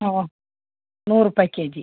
ಹ್ಞೂ ನೂರು ರೂಪಾಯಿ ಕೆಜಿ